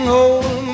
old